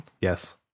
Yes